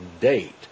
date